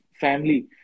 family